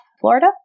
Florida